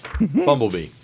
Bumblebee